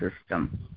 system